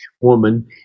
woman